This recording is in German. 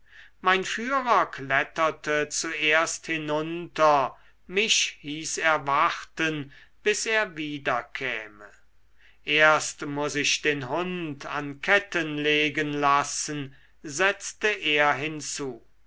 mein führer kletterte zuerst hinunter mich hieß er warten bis er wiederkäme erst muß ich den hund an ketten legen lassen sezte er hinzu